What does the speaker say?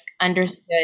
understood